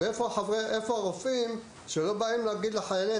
ואיפה הרופאים שלא באים להגיד לחיילי